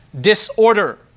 disorder